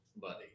buddy